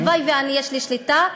הלוואי שהייתה לי שליטה,